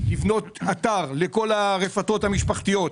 לבנות אתר לכל הרפתות המשפחתיות.